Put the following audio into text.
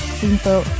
simple